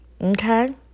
okay